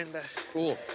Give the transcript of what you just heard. Cool